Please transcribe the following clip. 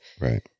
Right